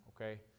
okay